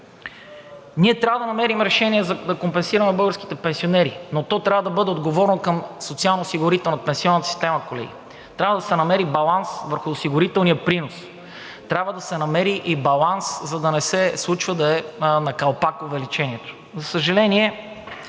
Ние трябва да намерим решение, за да компенсираме българските пенсионери, но то трябва да бъде отговорно към социалноосигурителната, пенсионната система, колеги. Трябва да се намери баланс върху осигурителния принос. Трябва да се намери и баланс, за да не се случва да е на калпак увеличението. За съжаление,